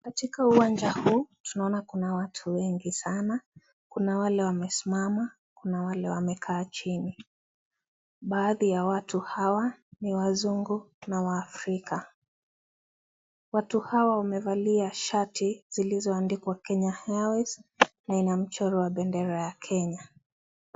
Katika uwanja huu tunaona kuna watu wengi sana kuna wale wamesimama kuna wale wamekaa chini, baadhi ya watu hawa ni wazungu na waafrika, watu hawa wamevalia shati zilizoandikwa Kenya Airways na ina mchoro wa bendera ya Kenya.